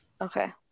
Okay